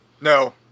No